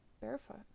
barefoot